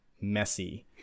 messy